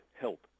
help